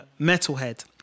Metalhead